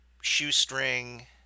shoestring